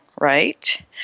right